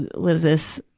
was this,